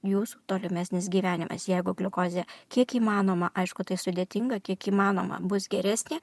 jūsų tolimesnis gyvenimas jeigu gliukozė kiek įmanoma aišku tai sudėtinga kiek įmanoma bus geresnė